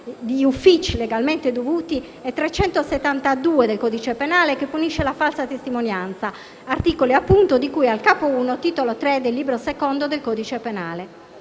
di uffici legalmente dovuti, e 372 del codice penale, che punisce la falsa testimonianza (articoli di cui al Capo I, Titolo III del Libro II del codice penale).